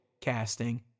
casting